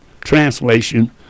Translation